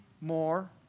more